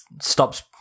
stops